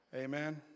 Amen